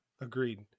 agreed